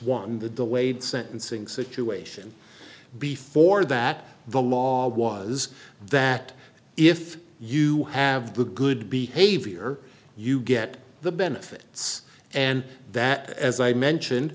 one the delayed sentencing situation before that the law was that if you have the good behavior you get the benefits and that as i mentioned